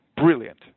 Brilliant